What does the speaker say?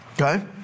Okay